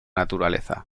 naturaleza